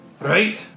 Right